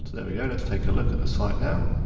there we go, let's take a look at the site now.